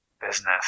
business